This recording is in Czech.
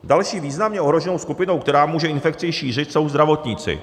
Další významně ohroženou skupinou, která může infekci šířit, jsou zdravotníci.